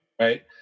right